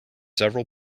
several